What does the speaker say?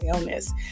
illness